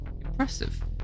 Impressive